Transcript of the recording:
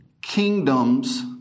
kingdoms